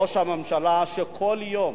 ראש הממשלה שכל יום